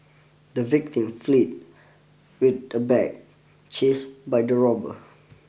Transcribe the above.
the victim fleed with the bag chased by the robbers